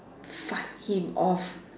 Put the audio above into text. fight him off